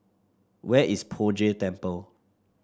where is Poh Jay Temple